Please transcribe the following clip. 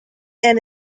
and